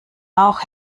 auch